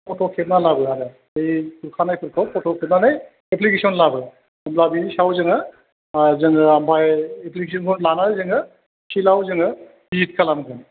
फट' खेबनानै लाबो आरो बे खुरखानायफोरखौ फट' खेबनानै एप्लिकेस'न लाबो अब्ला बेनि सायाव जोङो जोङो ओमफ्राय एप्लिकेस'नखौ लानानै जोङो फिल्डाव जोङो भिजिट खालामगोन